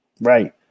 right